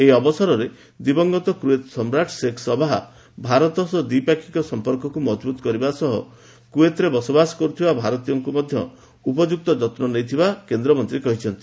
ଏହି ଅବସରରେ ଦିବଂଗତ କ୍ୱଏତ ସମ୍ରାଟ ଶେଖ ସବାହ ଭାରତ ସହ ଦ୍ୱିପାକ୍ଷିକ ସମ୍ପର୍କକ୍ତ ମବଭୂତ କରିବା ସହ କୁଏତରେ ବସବାସ କରୁଥିବା ଭାରତୀୟଙ୍କ ମଧ୍ୟ ଉପଯୁକ୍ତ ଯତ୍କ ନେଇଥିବା କେନ୍ଦ୍ରମନ୍ତ୍ରୀ କହିଛନ୍ତି